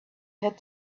had